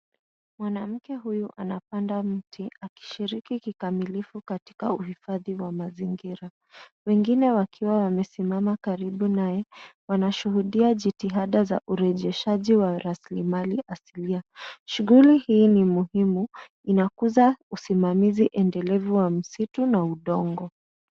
Mwanamke huyu anapanda mti akishiriki kikamilifu katika uhifadhi wa mazingira. Wengine wakiwa wamesimama karibu naye, wanashuhudia jitihada za urejeshaji wa rasilimali asilia. Shughuli hii ni muhimu, inakuzwa usimamizi endelevu wa msitu na udongo.